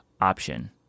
option